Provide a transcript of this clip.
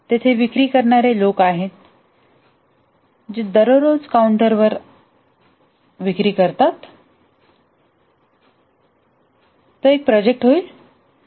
तेथे विक्री करणारे लोक आहेत जे दररोज काउंटरवर विक्री करतात तो एक प्रोजेक्ट होईल